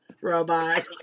Robot